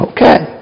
Okay